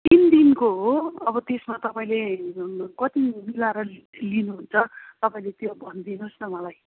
तिन दिनको हो अब त्यसमा तपाईँले कति मिलाएर लिनुहुन्छ तपाईँले त्यो भनिदिनुहोस् न मलाई